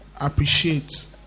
Appreciate